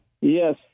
Yes